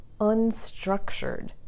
unstructured